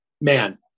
man